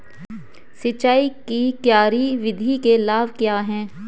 सिंचाई की क्यारी विधि के लाभ क्या हैं?